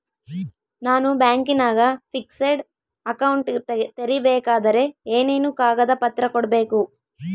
ನಾನು ಬ್ಯಾಂಕಿನಾಗ fixed account ತೆರಿಬೇಕಾದರೆ ಏನೇನು ಕಾಗದ ಪತ್ರ ಕೊಡ್ಬೇಕು?